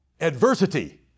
adversity